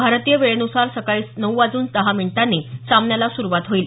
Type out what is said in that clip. भारतीय वेळेनुसार सकाळी नऊ वाजून सहा मिनिटांनी सामन्याला सुरुवात होईल